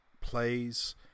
plays